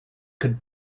could